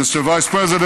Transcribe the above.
(מחיאות כפיים) Mr. Vice President,